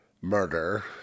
murder